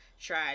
try